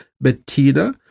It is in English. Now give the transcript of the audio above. Bettina